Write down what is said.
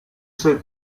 suoi